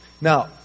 Now